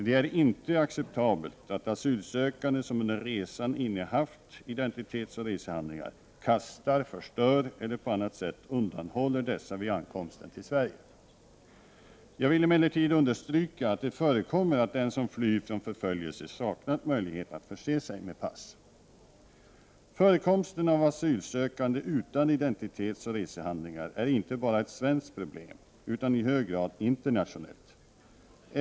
Det är inte acceptabelt att asylsökande som under resan innehaft identitetsoch resehandlingar, kastar, förstör eller på annat sätt undanhåller dessa vid ankomsten till Sverige. Jag vill emellertid understryka att det förekommer att den som flyr från förföljelse saknat möjlighet att förse sig med pass. Förekomsten av asylsökande utan identitetsoch resehandlingar är inte bara ett svenskt problem utan ett i hög grad internationellt.